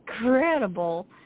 incredible